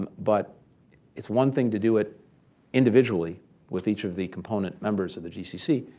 um but it's one thing to do it individually with each of the component members of the gcc.